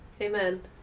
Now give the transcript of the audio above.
Amen